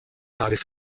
tages